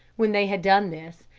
when they had done this,